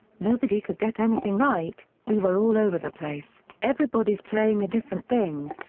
nobody could get anything right, we were all over the place, everybody's playing a different thing.